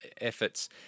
efforts